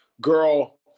girl